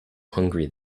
hungry